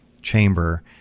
chamber